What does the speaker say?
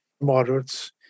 moderates